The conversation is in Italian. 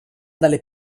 dalle